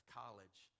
college